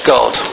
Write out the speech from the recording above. God